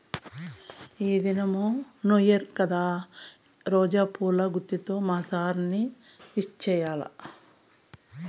ఈ దినం new year కదా రోజా పూల గుత్తితో మా సార్ ని విష్ చెయ్యాల్ల